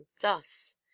thus